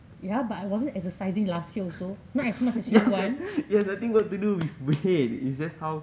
ya but I wasn't exercising last year also not as much as year one